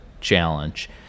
challenge